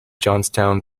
johnstown